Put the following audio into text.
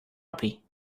happy